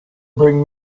bring